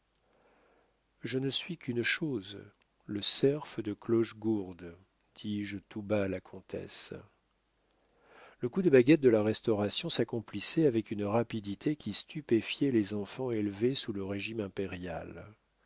je ne suis qu'une chose le serf de clochegourde dis-je tout bas à la comtesse le coup de baguette de la restauration s'accomplissait avec une rapidité qui stupéfiait les enfants élevés sous le régime impérial